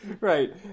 Right